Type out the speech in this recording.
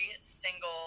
single